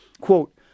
quote